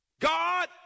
God